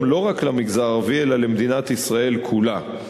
לא רק למגזר הערבי אלא למדינת ישראל כולה",